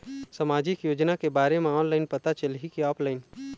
सामाजिक योजना के बारे मा ऑनलाइन पता चलही की ऑफलाइन?